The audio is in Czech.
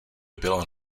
byla